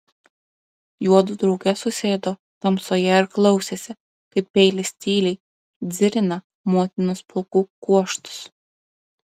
juodu drauge susėdo tamsoje ir klausėsi kaip peilis tyliai dzirina motinos plaukų kuokštus